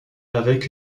avec